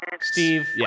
Steve